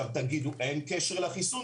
תגידו אין קשר לחיסון?